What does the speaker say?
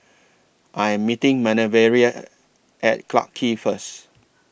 I Am meeting Manervia At Clarke Quay First